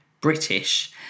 british